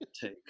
take